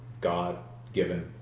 God-given